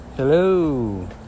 Hello